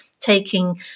taking